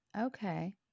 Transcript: Okay